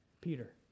Peter